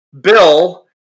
Bill